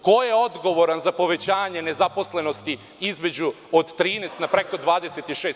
Ko je odgovoran za povećanje nezaposlenosti između 13% na preko 26%